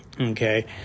Okay